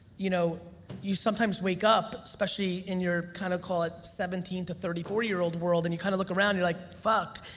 you know you sometimes wake up, especially in your kinda call it, seventeen to thirty four year old world, and you kinda look around, you're like, fuck,